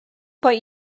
but